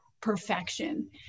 perfection